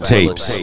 Tapes